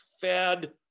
fed